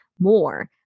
more